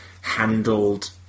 handled